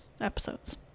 episodes